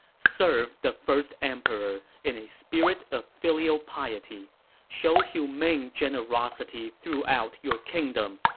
serve the first emperor in a spirit of filial piety show humane generosity throughout your kingdom.